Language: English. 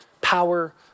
Power